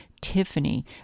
Tiffany